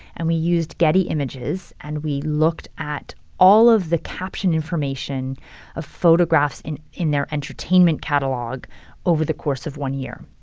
and we used getty images, and we looked at all of the caption information of photographs in in their entertainment catalog over the course of one year.